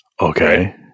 Okay